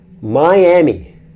Miami